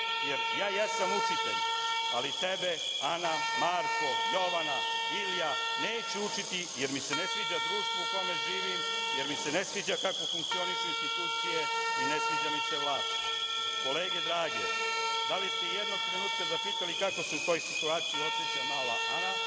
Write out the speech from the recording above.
jer ja jesam učitelj, ali tebe Ana, Marko, Jovana, Ilija neću učiti, jer mi se ne sviđa društvo u kome živim, jer mi se ne sviđa kako funkcionišu institucije i ne sviđa mi se vlast. Kolege drage da li ste se i jednog trenutka zapitali kako se u toj situaciji oseća mala Ana,